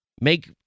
make